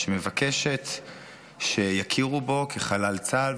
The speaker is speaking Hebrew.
שמבקשת שיכירו בו כחלל צה"ל,